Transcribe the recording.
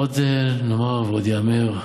עוד נאמר ועוד ייאמר.